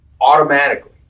automatically